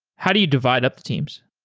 how do you divide up the teams?